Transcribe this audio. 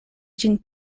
ĝin